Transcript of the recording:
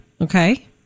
okay